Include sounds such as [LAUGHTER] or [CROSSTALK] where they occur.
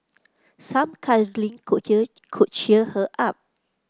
some cuddling could [UNINTELLIGIBLE] could cheer her up